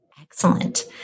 Excellent